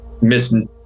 missing